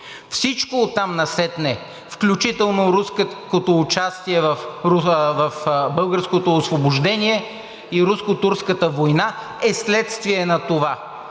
Всичко оттам насетне, включително руското участие в българското освобождение и Руско-турската война, е следствие на това